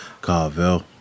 Carville